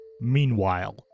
Meanwhile